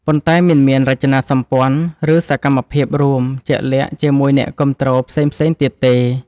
ប៉ុន្តែមិនមានរចនាសម្ព័ន្ធ ឬសកម្មភាពរួមជាក់លាក់ជាមួយអ្នកគាំទ្រផ្សេងៗទៀតទេ។